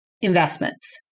investments